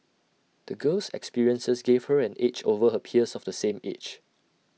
the girl's experiences gave her an edge over her peers of the same age